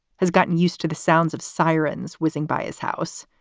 has gotten used to the sounds of sirens whizzing by his house.